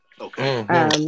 Okay